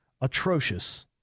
atrocious